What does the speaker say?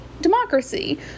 democracy